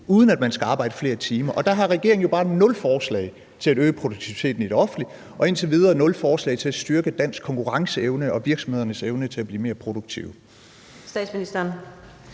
uden at man skal arbejde flere timer. Og der har regeringen jo bare nul forslag til at øge produktiviteten i det offentlige, og indtil videre nul forslag til at styrke dansk konkurrenceevne og virksomhedernes evne til at blive mere produktive.